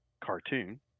cartoon